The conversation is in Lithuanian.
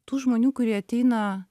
tų žmonių kurie ateina